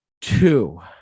two